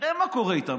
נראה מה קורה איתן.